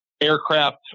aircraft